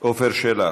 עפר שלח,